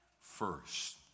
first